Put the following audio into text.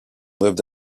lived